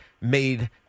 made